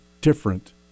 different